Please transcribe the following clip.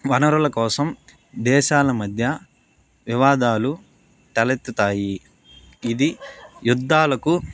వనరుల కోసం దేశాల మధ్య వివాదాలు తలెత్తుతాయి ఇది యుద్ధాలకు